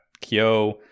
Kyo